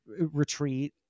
retreat